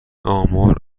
آمار